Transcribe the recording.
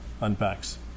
unpacks